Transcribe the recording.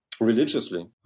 religiously